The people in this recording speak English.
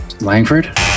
Langford